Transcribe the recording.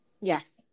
Yes